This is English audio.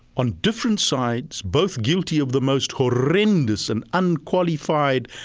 on different sides, both guilty of the most horrendous and unqualified,